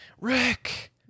Rick